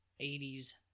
80s